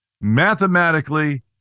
Mathematically